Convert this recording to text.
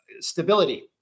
stability